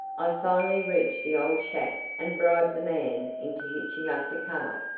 i finally reached the old shack and bribed the man into hitching up the cart.